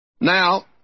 Now